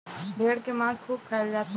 भेड़ के मांस खूब खाईल जात हव